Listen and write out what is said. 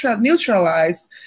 neutralize